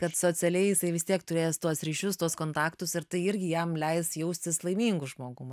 kad socialiai jisai vis tiek turės tuos ryšius tuos kontaktus ir tai irgi jam leis jaustis laimingu žmogum